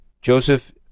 Joseph